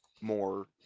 more